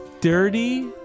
Dirty